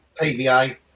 PVA